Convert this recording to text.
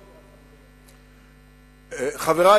חברי,